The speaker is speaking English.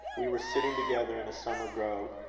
we were sitting together in a summer grove,